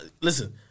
Listen